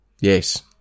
Yes